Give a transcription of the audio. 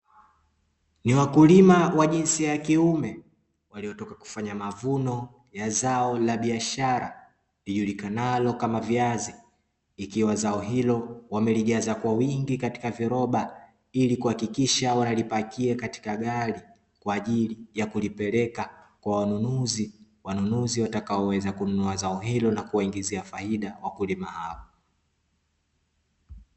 Ni wakulima wa jinsi ya kiume, waliotoka kufanya mavuno ya zao la biashara lijulikanalo kama viazi, ikiwa zao hilo wamelijaza kwa wingi katika viroba, ili kuhakikisha wanalipakia katika gari kwa ajili ya kulipeleka kwa wanunuzi, wanunuzi watakaoweza kununua zao hilo na kuwaingizia faida wakulima hao.